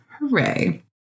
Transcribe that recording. Hooray